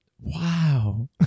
Wow